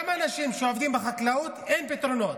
גם לאנשים שעובדים בחקלאות אין פתרונות.